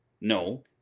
no